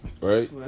right